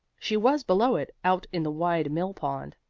she was below it, out in the wide mill-pond.